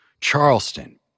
Charleston